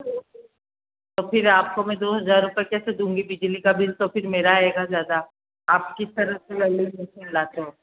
तो फिर आप को मैं दो हज़ार रूपये कैसे दूँगी बिजली का बिल तो फिर मेरा आएगा ज़्यादा आप की तरह से वैल्डिंग मशीन लाते हो